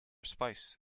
spouse